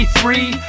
free